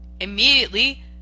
immediately